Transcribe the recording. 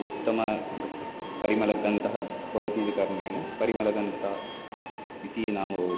उत्तमः ग परिमलगन्धः भवति इति कारणेन परिमलगन्धा इति नाम भवति